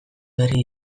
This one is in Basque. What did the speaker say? berri